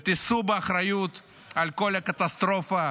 ותישאו באחריות על כל הקטסטרופה